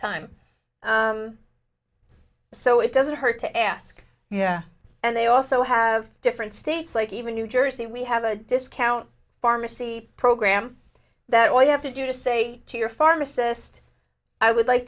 time so it doesn't hurt to ask and they also have different states like even new jersey we have a discount pharmacy program that all you have to do is say to your pharmacist i would like